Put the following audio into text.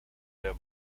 der